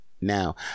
Now